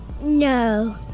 No